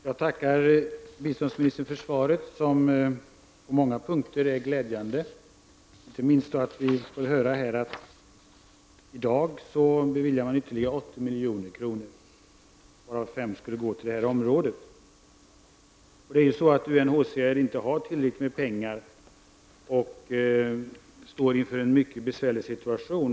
Herr talman! Jag tackar biståndsministern för svaret, som på många punkter är glädjande. Detta gäller inte minst vad statsrådet säger om att regeringen i dag beviljar ytterligare 80 milj.kr., varav 5 miljoner skall gå till detta område. UNHCR har ju inte tillräckligt med pengar och står inför en mycket besvärlig situation.